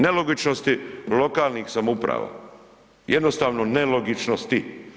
Nelogičnosti lokalnih samouprava, jednostavno nelogičnosti.